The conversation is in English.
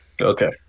Okay